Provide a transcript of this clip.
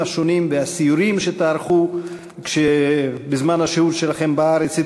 השונים והסיורים שתערכו בזמן שהותכם בארץ,